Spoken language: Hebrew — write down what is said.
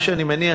מה שאני מניח,